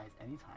anytime